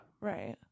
Right